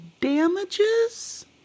damages